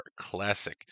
classic